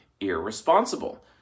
irresponsible